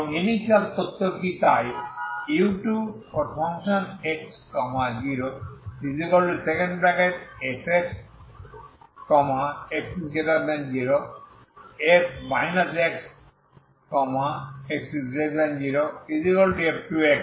এবং ইনিশিয়াল তথ্য কি তাই u2x0fx x0 f x x0 f2x